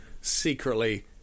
secretly